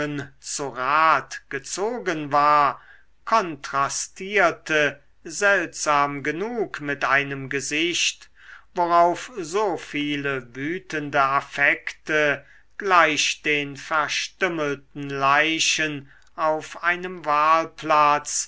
zu rat gezogen war kontrastierte seltsam genug mit einem gesicht worauf so viele wütende affekte gleich den verstümmelten leichen auf einem